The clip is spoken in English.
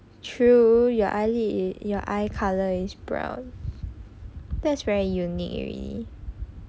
true your eyelid your eye color is brown that's very unique already